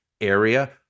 area